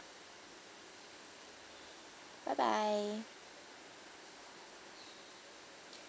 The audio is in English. bye bye